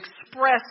express